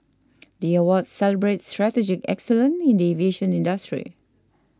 the awards celebrate strategic excellence in the aviation industry